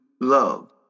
love